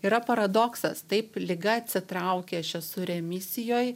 yra paradoksas taip liga atsitraukė aš esu remisijoj